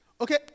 okay